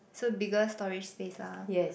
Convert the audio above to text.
so bigger storage space lah